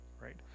right